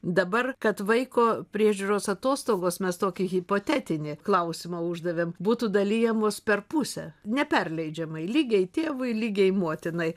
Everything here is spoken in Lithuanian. dabar kad vaiko priežiūros atostogos mes tokį hipotetinį klausimą uždavėm būtų dalijamos per pusę neperleidžiamai lygiai tėvui lygiai motinai